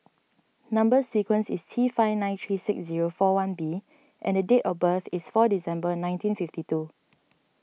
Number Sequence is T five nine three six zero four one B and date of birth is four December nineteen fifty two